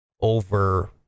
over